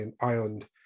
island